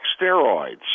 steroids